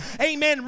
Amen